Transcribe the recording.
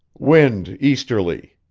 wind easterly.